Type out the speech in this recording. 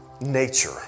nature